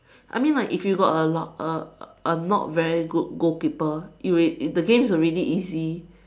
I mean like if you got a lou~ a a not very good goalkeeper even if the game is already easy